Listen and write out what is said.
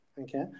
okay